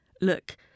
look